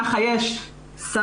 כך יש "שרה",